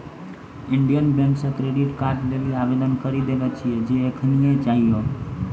Indian Bank से card कार्ड लेली आवेदन करी देले छिए जे एखनीये चाहियो